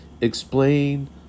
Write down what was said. explain